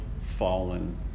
fallen